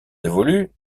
évoluent